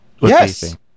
Yes